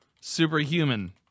superhuman